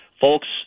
folks